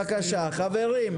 חברים,